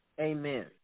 amen